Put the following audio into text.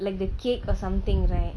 like the cake or something right